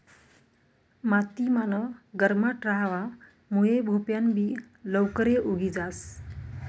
माती मान गरमाट रहावा मुये भोपयान बि लवकरे उगी जास